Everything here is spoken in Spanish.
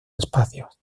espacios